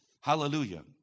Hallelujah